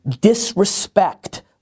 disrespect